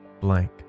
blank